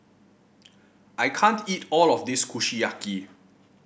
I can't eat all of this Kushiyaki